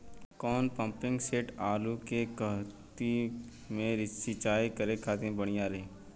कौन pumping set आलू के कहती मे सिचाई करे खातिर बढ़िया रही?